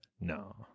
No